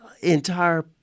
entire